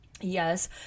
Yes